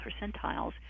percentiles